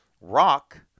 rock